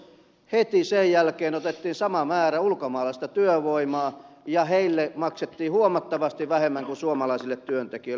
heti sen jälkeen otettiin sama määrä ulkomaalaista työvoimaa ja heille maksettiin huomattavasti vähemmän kuin suomalaisille työntekijöille